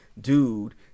dude